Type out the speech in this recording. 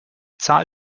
zahl